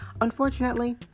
Unfortunately